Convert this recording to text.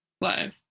live